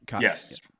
Yes